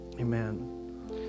Amen